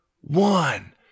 One